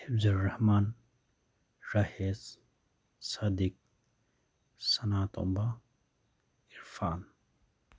Hefzur Rahman Rahesh Sadiq Sanatomba Irfan